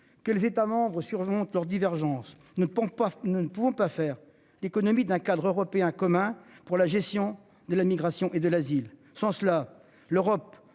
que les États surmontent leurs divergences ne pourront pas nous ne pouvons pas faire l'économie d'un cadre européen commun pour la gestion de la migration et de l'asile. Sans cela, l'Europe